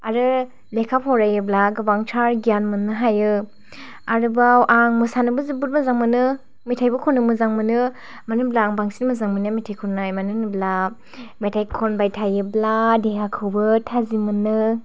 आरो लेखा फरायोब्ला गोबांथार गियान मोन्नो हायो आरोबाव आं मोसानोबो जोबोर मोजां मोनो मेथाइबो खन्नो मोजां मोनो मानो होनोब्ला आं बांसिन मोजां मोननाय मेथाइ खन्नाय मानो होनोब्ला मेथाइ खनबाय थायोब्ला देहाखौबो थाजिम मोनो